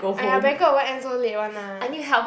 !aiya! banquet won't end so late [one] lah